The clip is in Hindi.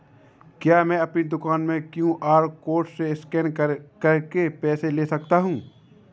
क्या मैं अपनी दुकान में क्यू.आर कोड से स्कैन करके पैसे ले सकता हूँ?